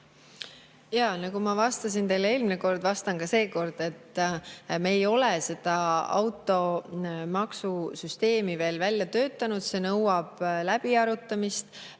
Nagu ma vastasin teile eelmine kord, vastan ka seekord, et me ei ole seda automaksusüsteemi veel välja töötanud, see nõuab läbiarutamist.